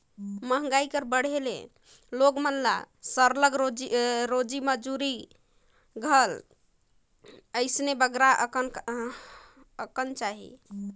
मंहगाई कर बढ़े ले मइनसे मन ल सरलग रोजी मंजूरी घलो अइसने बगरा अकन चाही